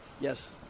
Yes